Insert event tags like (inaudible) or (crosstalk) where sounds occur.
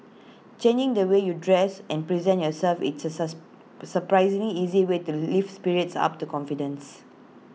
changing the way you dress and present yourself it's A (unintelligible) surprisingly easy way to lift spirits up the confidence